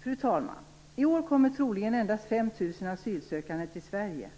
Fru talman! I år kommer troligen endast 5 000 asylsökande till Sverige.